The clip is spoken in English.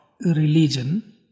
religion